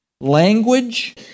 language